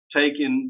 taken